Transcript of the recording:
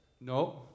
No